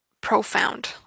profound